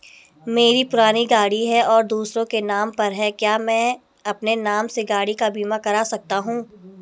मेरी पुरानी गाड़ी है और दूसरे के नाम पर है क्या मैं अपने नाम से गाड़ी का बीमा कर सकता हूँ?